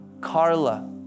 Carla